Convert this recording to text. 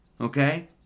okay